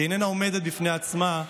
היא איננה עומדת בפני עצמה,